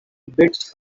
bits